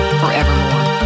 forevermore